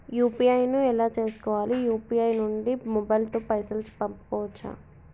UPI ను ఎలా చేస్కోవాలి యూ.పీ.ఐ నుండి మొబైల్ తో పైసల్ పంపుకోవచ్చా?